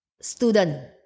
student